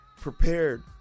prepared